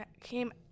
came